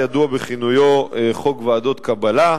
הידוע בכינויו "חוק ועדות קבלה",